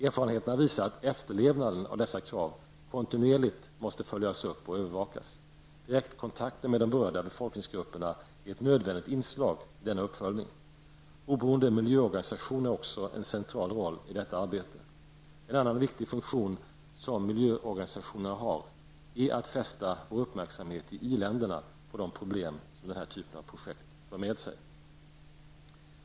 Erfarenheten visar att efterlevnaden av dessa krav kontinuerligt måste följas upp och övervakas. Direktkontakter med de berörda befolkningsgrupperna är ett nödvändigt inslag i denna uppföljning. Oberoende miljöorganisationer har också en central roll i detta arbete. En annan viktig funktion som miljöorganisationerna har är att fästa i-ländernas uppmärksamhet på de problem som den här typen av projekt för med sig.